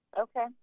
okay